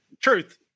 truth